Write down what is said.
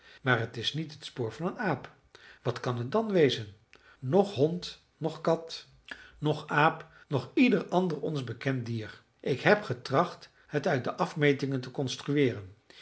maar het is niet het spoor van een aap wat kan het dan wezen noch hond noch kat noch aap noch ieder ander ons bekend dier ik heb getracht het uit de afmetingen te